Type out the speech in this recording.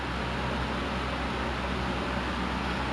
I see damn it's a competition